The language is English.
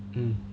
mm